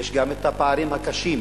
יש גם הפערים הקשים.